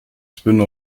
spin